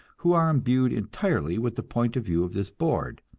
who are imbued entirely with the point of view of this board,